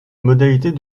modalités